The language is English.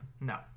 No